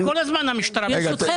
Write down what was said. כל הזמן המשטרה מחלטת.